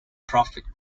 prophet